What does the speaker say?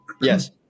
Yes